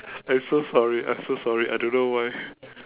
I'm so sorry I'm so sorry I don't know why